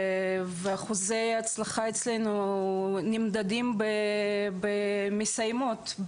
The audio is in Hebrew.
ואחוזי ההצלחה אצלנו נמדדים במסיימות,